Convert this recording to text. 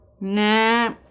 nah